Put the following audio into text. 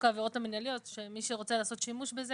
העבירות המינהליות שמי שרוצה לעשות שימוש בזה